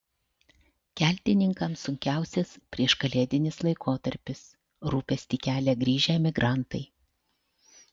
keltininkams sunkiausias prieškalėdinis laikotarpis rūpestį kelia grįžę emigrantai